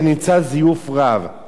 לכן, כשאנחנו מדברים על משקאות,